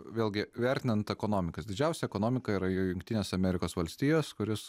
vėlgi vertinant ekonomikas didžiausia ekonomika yra jungtinės amerikos valstijos kuris